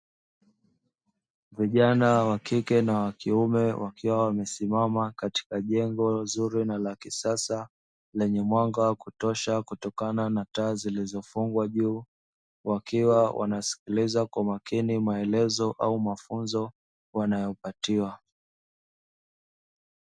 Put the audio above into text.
Vijana wa kike na wa kiume wakiwa wamesimama katika jengo zuri na la kisasa lenye mwanga wa kutosha kutokana na taa zilizofungwa juu, wakiwa wanasikiliza kwa makini maelezo au mafunzo wanayopatiwa.